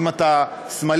אם אתה שמאלי,